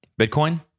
Bitcoin